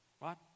right